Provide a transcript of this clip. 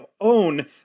own